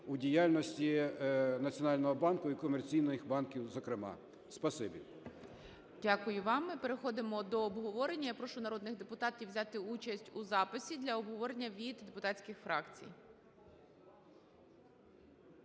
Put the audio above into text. у діяльності Національного банку і комерційних банків зокрема.